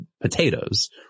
potatoes